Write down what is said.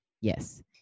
yes